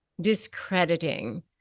discrediting